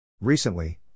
Recently